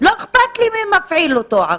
לא אכפת לי מי מפעיל אותו עכשיו.